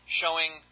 showing